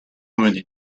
emmené